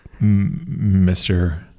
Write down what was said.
mr